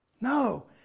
no